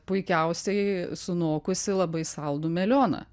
puikiausiai sunokusį labai saldų melioną